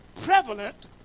prevalent